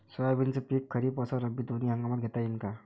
सोयाबीनचं पिक खरीप अस रब्बी दोनी हंगामात घेता येईन का?